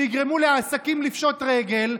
שיגרמו לעסקים לפשוט רגל,